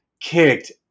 kicked